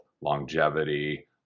longevity